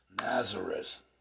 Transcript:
Nazareth